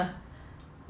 顶